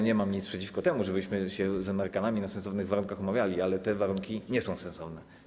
Nie mam nic przeciwko temu, żebyśmy się z Amerykanami na sensownych warunkach umawiali, ale te warunki nie są sensowne.